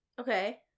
okay